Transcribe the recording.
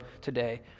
today